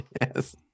Yes